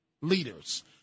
leaders